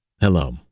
Hello